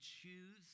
choose